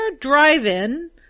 Drive-In